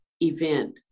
event